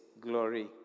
glory